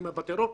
ללחימה בטרור.